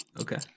Okay